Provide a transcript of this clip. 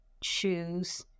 choose